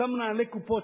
אותם מנהלי קופות,